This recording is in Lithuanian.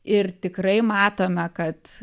ir tikrai matome kad